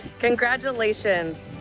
congratulations.